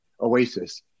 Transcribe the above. Oasis